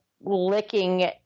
licking